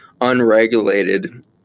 unregulated